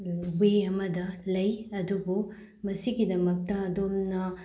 ꯋꯦ ꯑꯃꯗ ꯂꯩ ꯑꯗꯨꯕꯨ ꯃꯁꯤꯒꯤꯗꯃꯛꯇ ꯑꯗꯣꯝꯅ